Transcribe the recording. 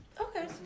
Okay